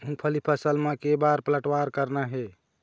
मूंगफली फसल म के बार पलटवार करना हे?